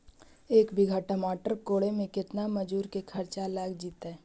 एक बिघा टमाटर कोड़े मे केतना मजुर के खर्चा लग जितै?